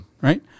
right